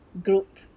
group